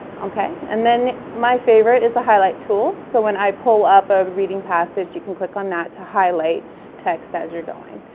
okay? and then my favorite is the highlight tool. so when i pull up a reading passage, you can click on that to highlight text as you're going.